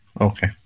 Okay